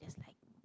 as like